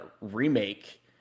remake